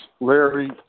Larry